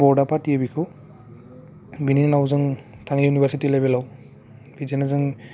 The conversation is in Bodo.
बर्डआ फाथियो बेखौ बिनि उनाव जों थाङो इउनिभारसिटि लेभेलाव बिदिनो जों